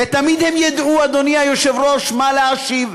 ותמיד הם ידעו, אדוני היושב-ראש, מה להשיב.